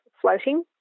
floating